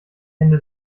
hände